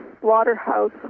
slaughterhouse